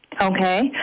Okay